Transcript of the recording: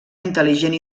intel·ligent